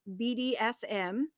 BDSM